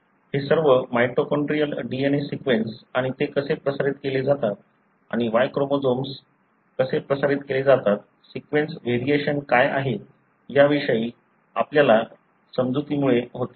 हे सर्व mitochondrial DNA sequence आणि ते कसे प्रसारित केले जातात आणि Y क्रोमोझोम कसे प्रसारित केले जातात सिक्वेन्स व्हेरिएशन काय आहेत याविषयी आपल्या समजुतीमुळे होते